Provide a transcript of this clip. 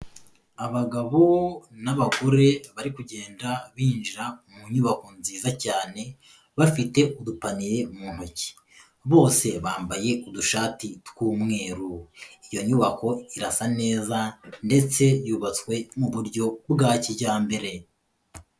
Abagabo n'abagore bari kugenda binjira mu nyubako nziza cyane, bafite udupaniye mu ntoki, bose bambaye udushati tw'umweru, iyo nyubako irasa neza ndetse yubatswe mu buryo bwa kijyambere.